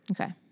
Okay